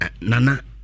Nana